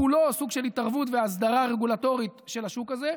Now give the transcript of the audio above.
כולו הוא סוג של התערבות והסדרה רגולטורית של השוק הזה,